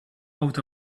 out